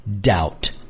doubt